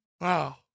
Wow